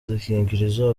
udukingirizo